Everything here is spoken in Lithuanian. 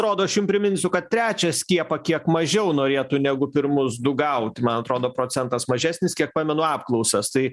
rodo aš jum priminsiu kad trečią skiepą kiek mažiau norėtų negu pirmus du gaut man atrodo procentas mažesnis kiek pamenu apklausas tai